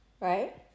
right